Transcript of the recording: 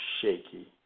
shaky